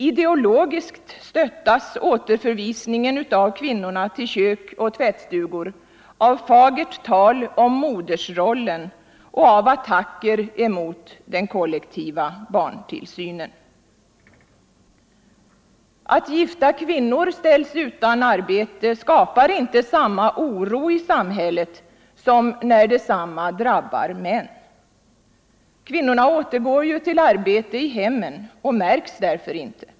Ideologiskt stöttas återförvisningen av kvinnorna till kök och tvättstugor med fagert tal om modersrollen och av attacker mot den kollektiva barntillsynen. Att gifta kvinnor ställs utan arbete skapar inte samma oro i samhället som när arbetslösheten drabbar män. Kvinnorna återgår till arbetet i hemmen och märks därför inte.